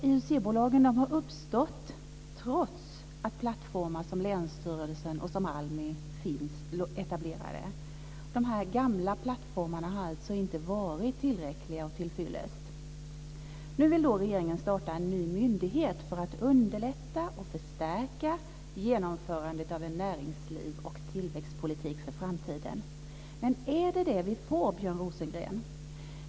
IUC-bolagen har uppstått trots att plattformar som länsstyrelsen och ALMI finns etablerade. De gamla plattformarna har alltså inte varit tillräckliga och tillfyllest. Nu vill regeringen starta en ny myndighet för att underlätta och förstärka genomförandet av en näringslivs och tillväxtpolitik för framtiden. Men är det det vi får, Björn Rosengren?